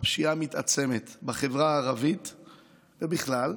הפשיעה מתעצמת בחברה הערבית ובכלל,